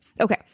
Okay